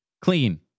clean